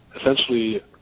essentially